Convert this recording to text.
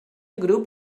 grup